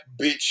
bitch